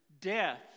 death